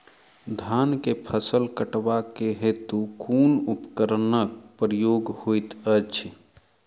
धान केँ फसल कटवा केँ हेतु कुन उपकरणक प्रयोग होइत अछि?